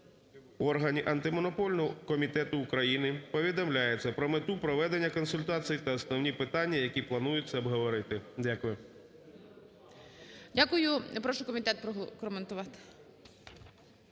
в органи Антимонопольного комітету України повідомляється про мету проведення консультацій та основні питання, які планується обговорити. Дякую.